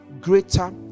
greater